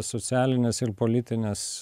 socialinės ir politinės